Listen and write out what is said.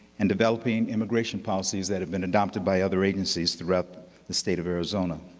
and developing immigration policies that have been adopted by other agencies throughout the state of arizona,